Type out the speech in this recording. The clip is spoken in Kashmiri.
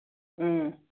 اۭں